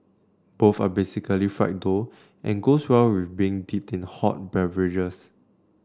both are basically fried dough and goes well with being dipped in hot beverages